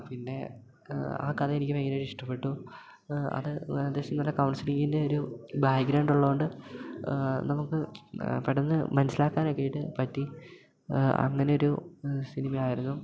പിന്നെ ആ കഥ എനിക്ക് ഭയങ്കരമായിട്ട് ഇഷ്ടപ്പെട്ടു അത് ഏദേശം നല്ല കൗൺസിലിങ്ങിൻ്റെ ഒരു ബാഗ്രൗണ്ട് ഉള്ളതുകൊണ്ട് നമുക്ക് പെട്ടെന്ന് മനസ്സിലാക്കാനൊക്കെയായിട്ട് പറ്റി അങ്ങനെ ഒരു സിനിമയായിരുന്നു